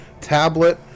tablet